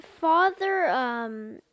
father